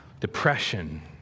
Depression